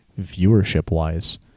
viewership-wise